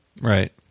right